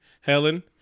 Helen